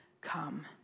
come